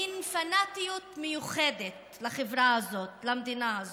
מין פנאטיות מיוחדת לחברה הזאת, למדינה הזאת,